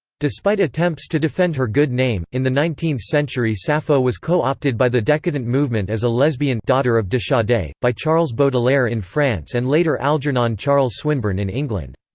despite attempts to defend her good name, in the nineteenth century sappho was co-opted by the decadent movement as a lesbian daughter of de ah sade, by charles baudelaire in france and later algernon charles swinburne in england.